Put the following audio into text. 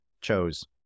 chose